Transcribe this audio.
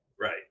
Right